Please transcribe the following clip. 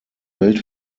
welt